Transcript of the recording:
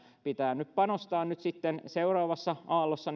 pitää panostaa nyt sitten niin sanotusti seuraavassa aallossa